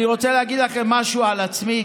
אני רוצה להגיד לכם משהו על עצמי,